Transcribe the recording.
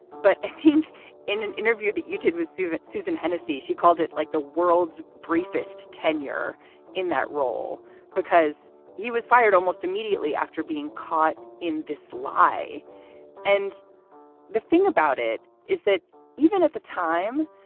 but i think in an interview that you did receive, susan hennessey. she called it like the world's briefest tenure in that role because he was fired almost immediately after being caught in this lie and the thing about it is that even at the time,